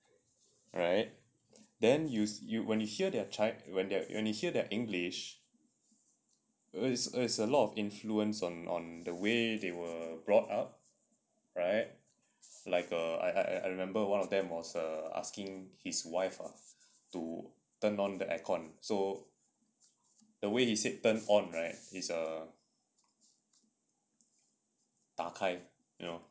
right then you you when you hear their chi~ when you hear their english it is it is a lot of influence on on the way they were brought up right like uh I I I remember one of them was err asking his wife ah to turn on the aircon so the way he said turn on right is err 打开 you know